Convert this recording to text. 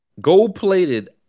Gold-plated